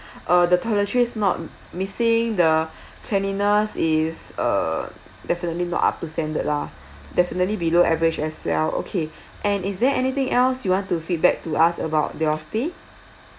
uh the toiletries not missing the cleanliness is uh definitely not up to standard lah definitely below average as well okay and is there anything else you want to feedback to us about your stay